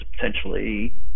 potentially